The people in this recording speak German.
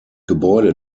gebäude